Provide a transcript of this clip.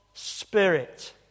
Spirit